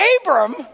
Abram